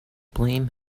blame